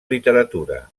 literatura